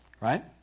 Right